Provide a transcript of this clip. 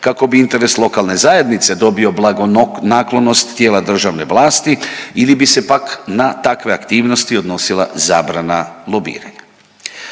kako bi interes lokalne zajednice dobio blagonaklonost tijela državne vlasti ili bi se pak na takve aktivnosti odnosila zabrana lobiranja.